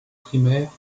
primaire